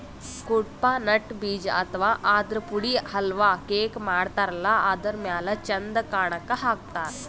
Cuddapah nut ಬೀಜ ಅಥವಾ ಆದ್ರ ಪುಡಿ ಹಲ್ವಾ, ಕೇಕ್ ಮಾಡತಾರಲ್ಲ ಅದರ್ ಮ್ಯಾಲ್ ಚಂದ್ ಕಾಣಕ್ಕ್ ಹಾಕ್ತಾರ್